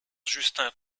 justin